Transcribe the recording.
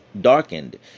Darkened